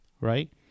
right